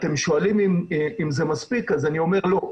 אתם שואלים אם זה מספיק, אז אני אומר לא.